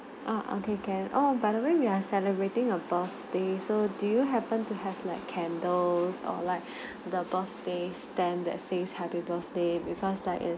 ah okay can oh by the way we're celebrating a birthday so do you happen to have like candles or like the birthday stand that says happy birthday because there is